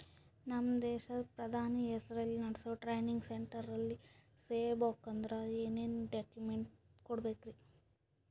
ನಮ್ಮ ದೇಶದ ಪ್ರಧಾನಿ ಹೆಸರಲ್ಲಿ ನೆಡಸೋ ಟ್ರೈನಿಂಗ್ ಸೆಂಟರ್ನಲ್ಲಿ ಸೇರ್ಬೇಕಂದ್ರ ಏನೇನ್ ಡಾಕ್ಯುಮೆಂಟ್ ಕೊಡಬೇಕ್ರಿ?